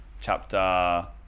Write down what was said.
chapter